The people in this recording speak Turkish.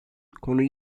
konuyu